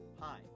Hi